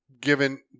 given